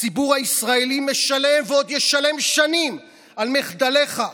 הציבור הישראלי משלם ועוד ישלם שנים על מחדליך.